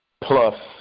Plus